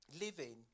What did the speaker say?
living